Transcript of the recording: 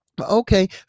Okay